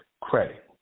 credit